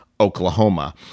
Oklahoma